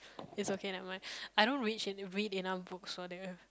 it's okay never mind I don't reach read enough books for that